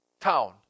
town